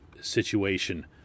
situation